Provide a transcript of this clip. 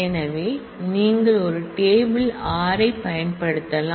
எனவே நீங்கள் ஒரு டேபிள் r பயன்படுத்தலாம்